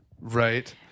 Right